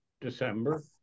December